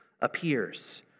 appears